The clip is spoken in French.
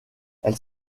elle